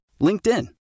LinkedIn